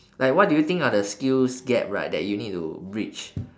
like what do you think are the skills gap right that you need to bridge